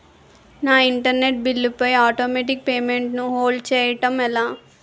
నా internet bill పై automatic payment ను హోల్డ్ చేయటం ఎలా?